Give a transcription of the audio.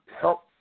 Help